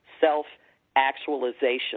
self-actualization